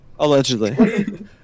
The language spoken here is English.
Allegedly